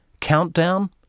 Countdown